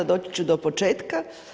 Doći ću do početka.